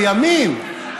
לימים,